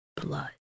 Blood